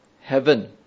heaven